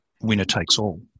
winner-takes-all